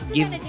Give